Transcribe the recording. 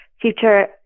future